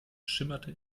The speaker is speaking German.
schimmerte